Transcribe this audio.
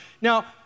now